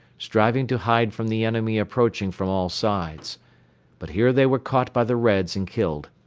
striving to hide from the enemy approaching from all sides but here they were caught by the reds and killed.